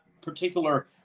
particular